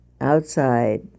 outside